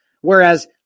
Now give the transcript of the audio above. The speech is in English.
whereas